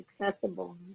accessible